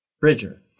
bridger